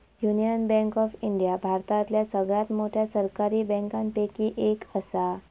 union bank of India भारतातल्या सगळ्यात मोठ्या सरकारी बँकांपैकी एक असा